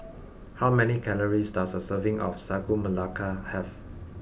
how many calories does a serving of Sagu Melaka have